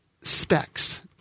specs